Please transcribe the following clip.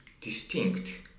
distinct